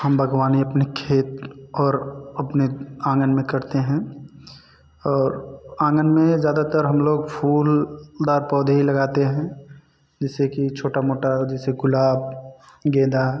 हम बागवानी अपने खेत और अपने आंगन में करते हैं और आंगन में ज़्यादातर हम लोग फूलदार पौधे लगाते हैं जिससे कि छोटा मोटा जैसे गुलाब गेंदा